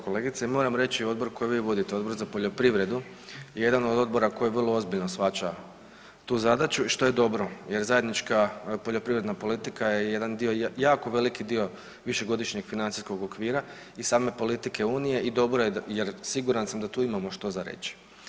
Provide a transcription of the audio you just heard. Kolegice moram reći odbor koji vi vodite, Odbor za poljoprivredu je jedan od odbora koji vrlo ozbiljno shvaća tu zadaću i što je dobro jer zajednička poljoprivredna politika je jedan dio, jako veliki dio višegodišnjeg financijskog okvira i same politike unije i dobro je, jer siguran sam da tu imamo što za reći.